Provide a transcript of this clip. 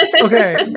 okay